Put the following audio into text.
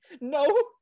no